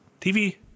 TV